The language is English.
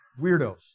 Weirdos